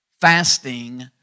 Fasting